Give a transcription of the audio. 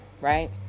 right